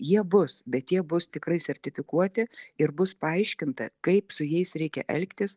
jie bus bet jie bus tikrai sertifikuoti ir bus paaiškinta kaip su jais reikia elgtis